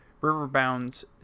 Riverbound's